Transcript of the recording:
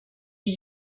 die